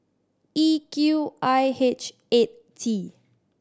E Q I H eight T